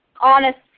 honest